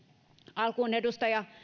alkuun edustaja